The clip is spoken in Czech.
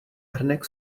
hrnek